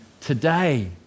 Today